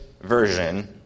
version